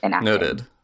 noted